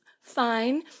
fine